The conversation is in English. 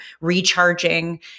recharging